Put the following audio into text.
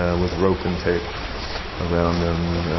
and with rope and tape around them.